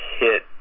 hit